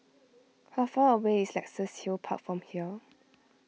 how far away is Luxus Hill Park from here